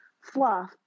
fluff